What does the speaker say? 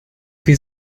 wir